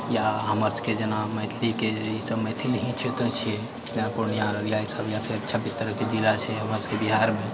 या हमर सबके जेना मैथिलीके जे ई सब मैथिल ही क्षेत्र छियै या पूर्णियामे या सब छब्बीस तरहके जिला छै हमरा सबके बिहारमे